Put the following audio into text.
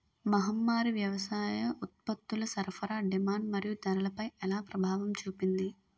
మహమ్మారి వ్యవసాయ ఉత్పత్తుల సరఫరా డిమాండ్ మరియు ధరలపై ఎలా ప్రభావం చూపింది?